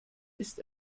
ist